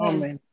Amen